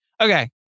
okay